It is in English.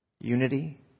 unity